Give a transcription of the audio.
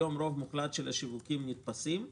היום רוב מוחלט של השיווקים נתפסים.